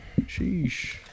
Sheesh